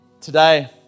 today